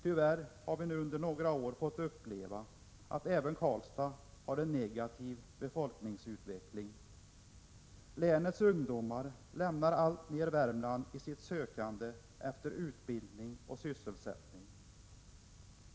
Tyvärr har vi nu under några år fått uppleva att även Karlstad har en negativ befokningsutveckling. Länets ungdomar lämnar Värmland alltmer, i sitt sökande efter utbildning och sysselsättning.